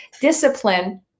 discipline